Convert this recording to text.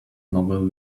novel